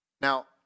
Now